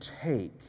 take